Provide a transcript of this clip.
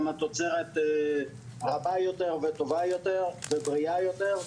גם התוצרת רבה יותר וטובה יותר ובריאה יותר,